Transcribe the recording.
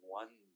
one